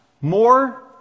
more